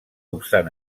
obstant